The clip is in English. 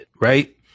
right